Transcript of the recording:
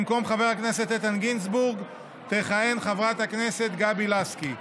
במקום חבר הכנסת איתן גינזבורג תכהן חברת הכנסת גבי לסקי.